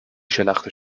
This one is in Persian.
شلخته